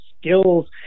skills